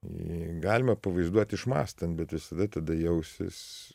jį galima pavaizduot išmąstant bet visada tada jausis